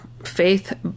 faith